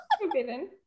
forbidden